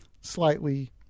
slightly